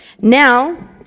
now